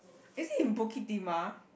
is it in Bukit Timah